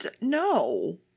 No